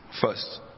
first